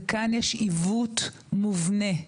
וכאן יש עיוות מובנה,